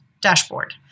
dashboard